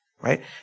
Right